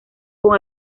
con